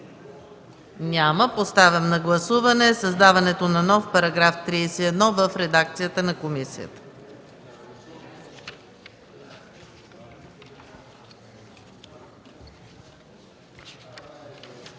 Няма. Поставям на гласуване създаването на нов § 31 в редакцията на комисията.